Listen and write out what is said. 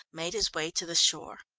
made his way to the shore.